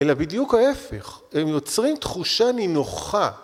‫אלא בדיוק ההפך, ‫הם יוצרים תחושה נינוחה.